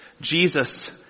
Jesus